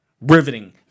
riveting